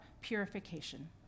purification